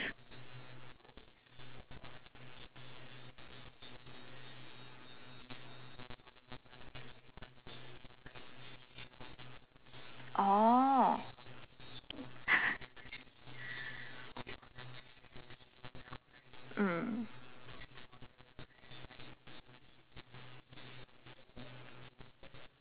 orh mm